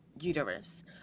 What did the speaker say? uterus